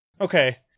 Okay